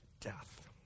death